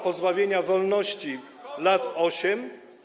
pozbawienia wolności do lat 8.